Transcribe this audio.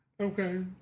Okay